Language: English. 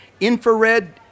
infrared